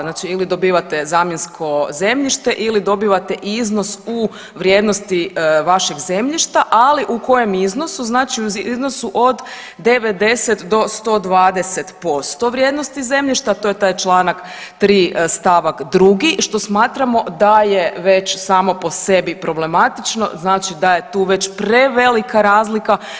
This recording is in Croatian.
Znači ili dobivate zamjensko zemljište ili dobivate iznos u vrijednosti vašeg zemljišta, ali u kojem iznosu, znači u iznosu od 90 do 120% vrijednosti zemljišta, to je taj Članak 3. stavak 2. što smatramo da je već samo po sebi problematično, znači da je tu već prevelika razlika.